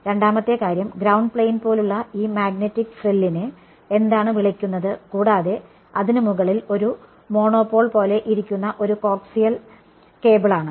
രണ്ടാമത്തെ കാര്യം ground plane പോലെയുള്ള ഈ മാഗ്നറ്റിക് ഫ്രില്ലിനെ എന്താണ് വിളിക്കുന്നത് കൂടാതെ അതിന് മുകളിൽ ഒരു മോണോപോൾ പോലെ ഇരിക്കുന്ന ഒരു കോ ആക്സിയൽ കേബിളാണ്